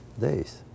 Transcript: days